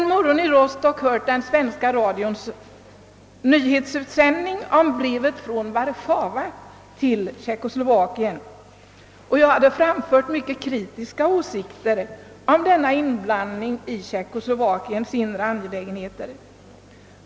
En morgon i Rostock hörde jag på den svenska radions nyhetsutsändning om brevet från Warszawa till Tjeckoslovakien, och då framförde jag mycket kritiska åsikter mot denna iblandning i Tjeckoslovakiens inre angelägenheter.